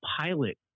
pilot